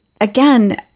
again